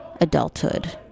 adulthood